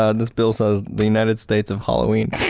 ah and this bill says the united states of halloween.